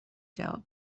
جواب